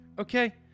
Okay